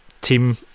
team